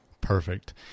Perfect